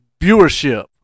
viewership